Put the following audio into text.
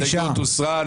ההסתייגות הוסרה,